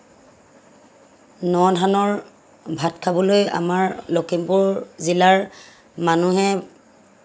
ন ধানৰ ভাত খাবলৈ আমাৰ লখিমপুৰ জিলাৰ মানুহে